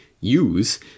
use